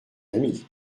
amis